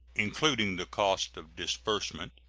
including the cost of disbursement,